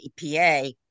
EPA